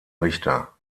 richter